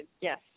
yes